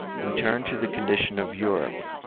we turn to the condition of europe,